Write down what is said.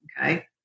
Okay